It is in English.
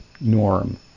norm